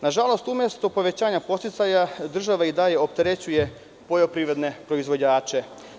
Nažalost, umesto povećanja podsticaja, država i dalje opterećuje poljoprivredne proizvođače.